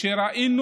שראינו